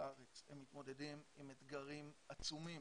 לארץ, מתמודדים עם אתגרים עצומים.